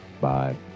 Bye